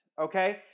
okay